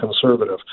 conservative